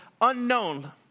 unknown